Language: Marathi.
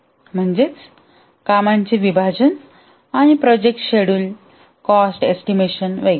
म्हणजेच कामांचे विभाजन आणि प्रोजेक्ट शेडूल्ड कॉस्ट एस्टिमेशन वगैरे